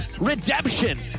Redemption